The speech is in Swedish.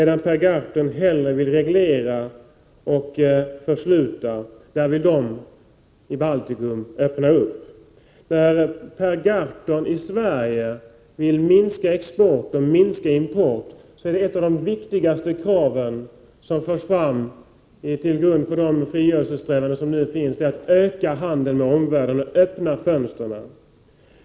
Där Per Gahrton hellre vill reglera och försluta vill man i Baltikum öppna upp. Medan Per Gahrton i Sverige vill minska export och minska import, så är ett av de viktigaste krav som förs fram till grund för frigörelsesträvandena i Baltikum just att öka handeln med omvärlden och öppna fönstren.